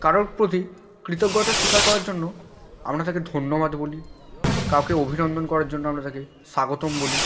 কারো প্রতি কৃতজ্ঞতা স্বীকার করার জন্য আমরা তাকে ধন্যবাদ বলি কাউকে অভিনন্দন করার জন্য আমরা তাকে স্বাগতম বলি